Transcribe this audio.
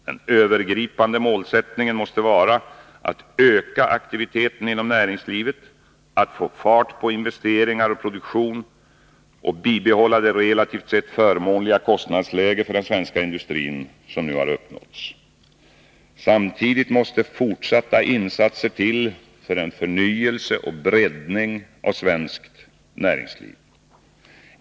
Den övergripande målsättningen måste vara att öka aktiviteten inom näringslivet, att få fart på investeringar och produktion och att bibehålla det relativt sett förmånliga kostnadsläge för den svenska industrin som nu har uppnåtts. Samtidigt måste fortsatta insatser till för en förnyelse och breddning av svenskt näringsliv.